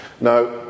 Now